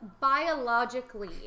biologically